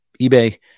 eBay